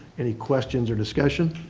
any questions or discussion?